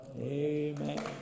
Amen